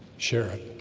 sharon